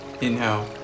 Inhale